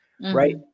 right